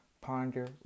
ponder